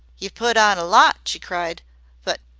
ye've put on a lot, she cried but,